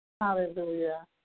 Hallelujah